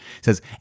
says